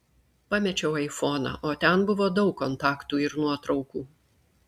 pamečiau aifoną o ten buvo daug kontaktų ir nuotraukų